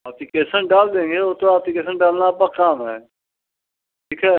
application डाल देंगे ऊ तो अप्लिकेशन डालना आपका काम है ठीक है